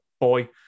boy